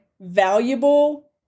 valuable